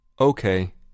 Okay